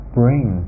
bring